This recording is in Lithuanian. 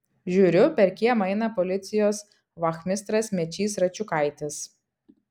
žiūriu per kiemą eina policijos vachmistras mečys račiukaitis